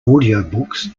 audiobooks